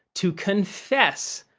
to confess,